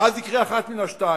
ואז יקרה אחד מן השניים: